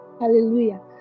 Hallelujah